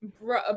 bro